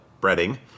breading